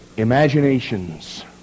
Imaginations